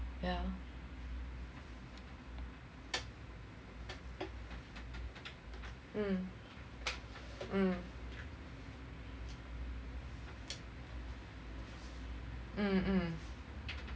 yeah mm mm